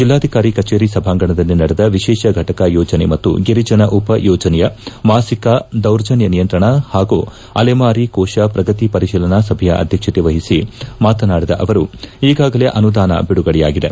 ಜಿಲ್ಲಾಧಿಕಾರಿ ಕಭೇರಿ ಸಭಾಂಗಣದಲ್ಲಿ ನಡೆದ ವಿಶೇಷ ಘಟಕ ಯೋಜನೆ ಮತ್ತು ಗಿರಿಜನ ಉಪ ಯೋಜನೆಯ ಮಾಸಿಕ ದೌರ್ಜನ್ತ ನಿಯಂತ್ರಣ ಪಾಗೂ ಅಲೆಮಾರಿ ಕೋಶ ಪ್ರಗತಿ ಪರಿಪೀಲನಾ ಸಭೆಯ ಅಧ್ಯಕ್ಷತೆ ವಹಿಸಿ ಮಾತನಾಡಿದ ಅವರು ಈಗಾಗಲೇ ಅನುದಾನ ಬಿಡುಗಡೆಯಾಗಿದೆ